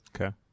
Okay